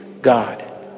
God